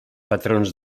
patrons